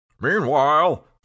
Meanwhile